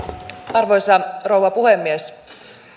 arvoisa rouva puhemies